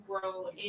grow